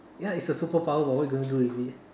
ya it's a superpower but what you going to do with it